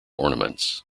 ornaments